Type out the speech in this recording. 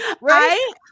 Right